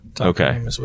Okay